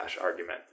argument